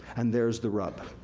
and there's the rub.